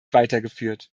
weitergeführt